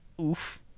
Oof